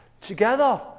together